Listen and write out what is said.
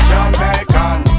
Jamaican